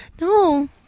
no